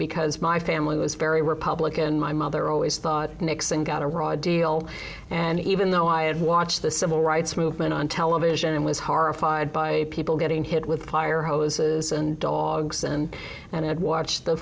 because my family was very republican my mother always thought nixon got a raw deal and even though i had watched the civil rights movement on television and was horrified by people getting hit with fire hoses and dogs and and i had watched the